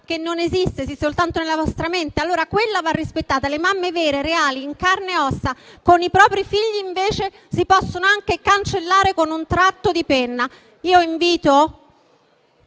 che esiste soltanto nella vostra mente. Quella va rispettata, le mamme vere, reali, in carne e ossa, con i propri figli, invece, si possono anche cancellare con un tratto di penna. Invito